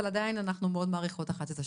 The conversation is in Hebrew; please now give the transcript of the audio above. אבל עדיין אנחנו מאוד מעריכות אחת את השנייה.